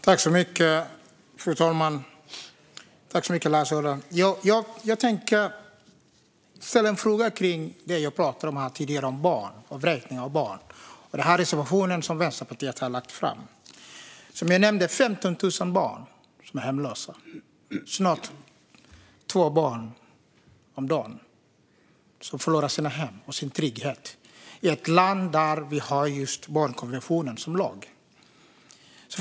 Fru talman! Jag tänker ställa en fråga kring det jag pratade om tidigare, vräkning av barn och den reservation som Vänsterpartiet har lagt fram. Som jag nämnde är 15 000 barn hemlösa. Det är snart två barn om dagen som förlorar sina hem och sin trygghet, i ett land där vi har barnkonventionen som lag.